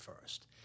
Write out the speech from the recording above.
first